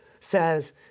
says